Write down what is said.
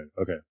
okay